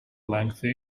lengthy